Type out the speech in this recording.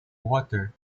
water